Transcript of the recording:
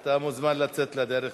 אתה מוזמן לצאת לדרך.